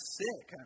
sick